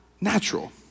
natural